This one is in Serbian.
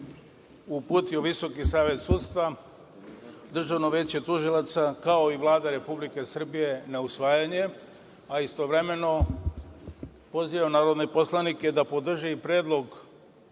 uputio Visoki savet sudstva, Državno veće tužilaca, kao i Vlada Republike Srbije na usvajanje, a istovremeno pozivam narodne poslanike da podrže i predlog